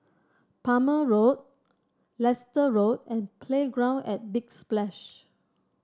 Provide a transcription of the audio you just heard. Palmer Road Leicester Road and Playground at Big Splash